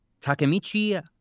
Takemichi